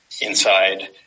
inside